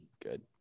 good